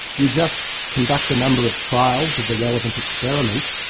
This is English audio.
you just conduct a number of trials of the relevant experiment,